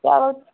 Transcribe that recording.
چلو